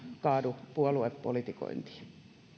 kaadu puoluepolitikointiin